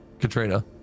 Katrina